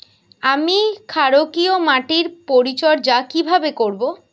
আমি ক্ষারকীয় মাটির পরিচর্যা কিভাবে করব?